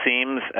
seems